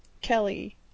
Kelly